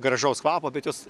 gražaus kvapo bet jos